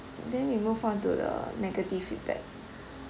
then we move on to the negative feedback